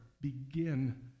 begin